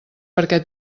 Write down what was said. perquè